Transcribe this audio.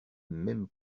même